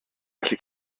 gallu